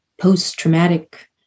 post-traumatic